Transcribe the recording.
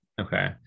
okay